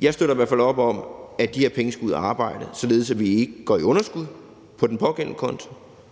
Jeg støtter i hvert fald op om, at de her penge skal ud at arbejde, således at vi ikke går i underskud på den pågældende konto,